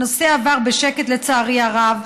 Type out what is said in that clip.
הנושא עבר בשקט, לצערי הרב.